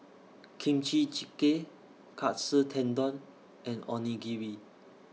Kimchi Jjigae Katsu Tendon and Onigiri